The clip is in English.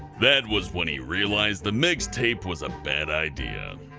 that was when he realized the mixtape was a bad idea.